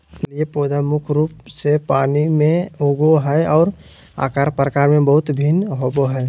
जलीय पौधा मुख्य रूप से पानी में उगो हइ, और आकार प्रकार में बहुत भिन्न होबो हइ